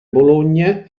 bologna